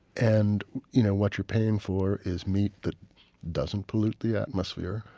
and you know what you're paying for is meat that doesn't pollute the atmosphere.